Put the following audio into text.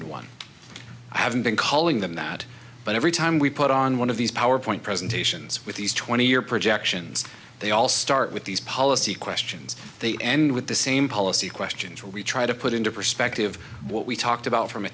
and one i haven't been calling them that but every time we put on one of these powerpoint presentations with these twenty year projections they all start with these policy questions they end with the same policy questions where we try to put into perspective what we talked about from a